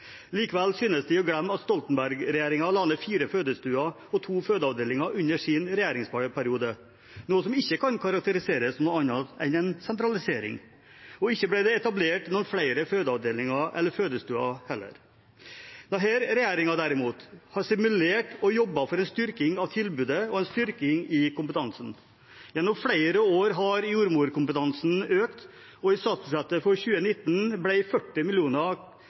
Likevel synes de å glemme at Stoltenberg-regjeringen la ned fire fødestuer og to fødeavdelinger i sin regjeringsperiode, noe som ikke kan karakteriseres som noe annet enn nettopp en sentralisering, og ikke ble det etablert noen flere fødeavdelinger eller fødestuer heller. Denne regjeringen har derimot stimulert og jobbet for en styrking av tilbudet og en styrking av kompetansen. Gjennom flere år har jordmorkompetansen økt, og i statsbudsjettet for 2019 ble 40